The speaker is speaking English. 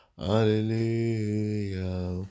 hallelujah